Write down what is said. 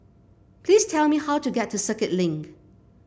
please tell me how to get to Circuit Link